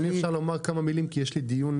אם אפשר לומר כמה מילים, כי יש לי דיון